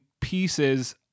pieces